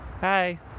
Hi